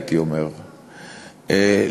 הייתי אומרת,